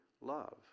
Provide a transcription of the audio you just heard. love